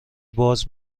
باز